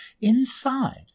Inside